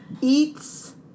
Eats